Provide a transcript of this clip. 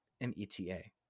m-e-t-a